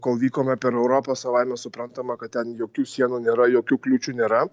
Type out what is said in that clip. kol vykome per europą savaime suprantama kad ten jokių sienų nėra jokių kliūčių nėra